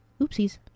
oopsies